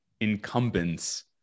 incumbents